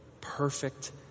perfect